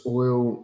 oil